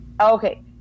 Okay